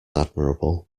admirable